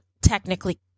technically